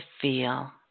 feel